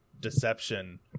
deception